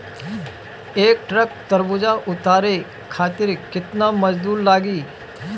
एक ट्रक तरबूजा उतारे खातीर कितना मजदुर लागी?